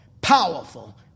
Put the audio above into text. powerful